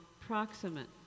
proximate